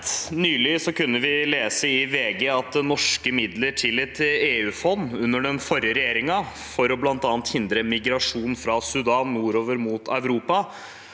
«Nylig kunne vi lese i VG at norske midler til et EU-fond under den forrige regjeringen, for blant annet å hindre migrasjon fra Sudan nordover mot Europa,